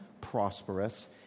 prosperous